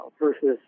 versus